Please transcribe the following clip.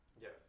Yes